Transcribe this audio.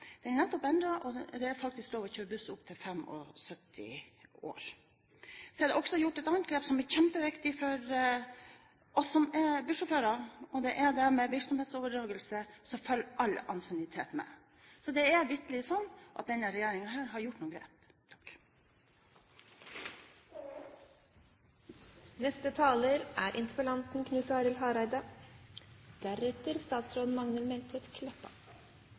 Den er nettopp endret, og det er faktisk lov å kjøre buss opp til man er 75 år. Det er også gjort et annet grep som er kjempeviktig for oss som er bussjåfører, og det er at ved virksomhetsoverdragelse følger all ansiennitet med. Så det er vitterlig sånn at denne regjeringen har tatt noen grep.